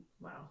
Wow